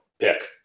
pick